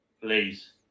Please